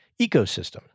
ecosystem